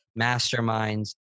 masterminds